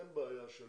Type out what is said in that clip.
אין להם בעיה של